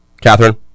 Catherine